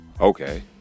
Okay